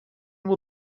will